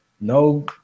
no